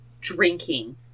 Drinking